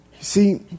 See